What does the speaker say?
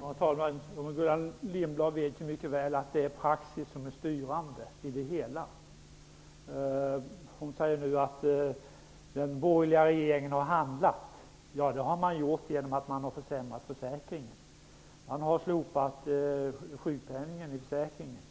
Herr talman! Gullan Lindblad vet mycket väl att det är praxis som är styrande i det hela. Gullan Lindblad säger att den borgerliga regeringen har handlat. Men det har man ju gjort genom att försämra försäkringen. Man har slopat sjukpenningen i försäkringen.